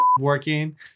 working